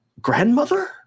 grandmother